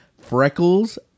freckles